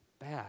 bad